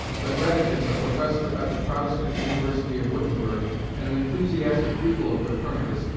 but rheticus, a professor at the protestant university of wittenberg and an enthusiastic pupil of copernicus,